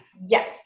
Yes